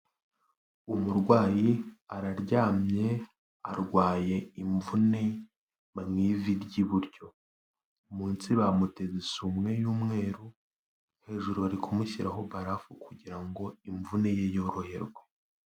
Umurwayi araryamye arwaye imvune mu ivi ry'iburyo, munsi bamuteze isume y'umweru hejuru bari kumushyiraho barafu kugira ngo imvune ye yoroherwe.